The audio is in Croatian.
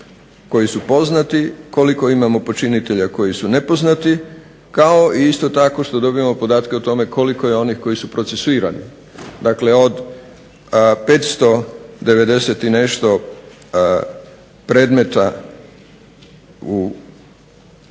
koji su poznati, koliko imamo počinitelja koji su nepoznati kao i isto tako što dobivamo podatke o tome koliko je onih koji su procesuirani. Dakle, od 590 i nešto predmeta u suđenjima